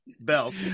belt